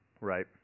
Right